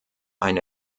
eine